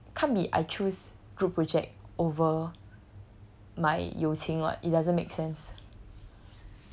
like can't be I choose group project over my 友情 [what] it doesn't make sense